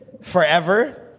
forever